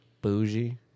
bougie